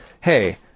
hey